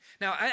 Now